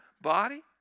body